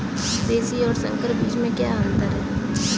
देशी और संकर बीज में क्या अंतर है?